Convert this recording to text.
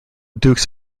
dukes